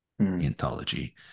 anthology